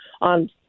on